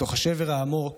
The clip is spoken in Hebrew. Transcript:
בתוך השבר העמוק